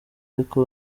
ariko